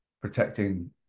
protecting